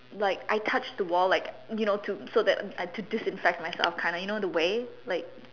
like I touched the wall like you know to so that I to disinfect myself kinda you know the way